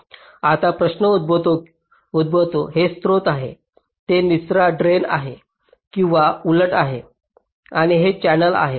आता प्रश्न उद्भवतो हे स्त्रोत आहे हे निचरा आहे किंवा उलट आहे आणि हे चॅनेल आहे